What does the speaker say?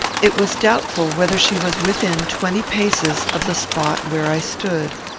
it was doubtful whether she was within twenty paces of the spot where i stood.